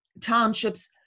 townships